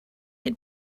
had